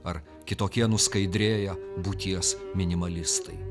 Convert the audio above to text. ar kitokie nuskaidrėję būties minimalistai